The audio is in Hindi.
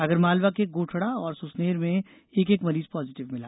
आगरमालवा के गोठडा और सुसनेर में एक एक मरीज पाजिटिव मिला